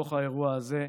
בתוך האירוע הזה,